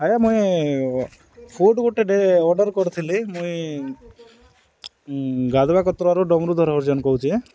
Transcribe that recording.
ଆଜ୍ଞା ମୁଇଁ ଫୁଡ଼୍ ଗୋଟେ ଅର୍ଡ଼ର୍ କରିଥିଲି ମୁଇଁ ଗାଧୁବାକତ୍ରାରୁ ଡମରୁଧର୍ ହରିଜନ୍ କହୁଚେ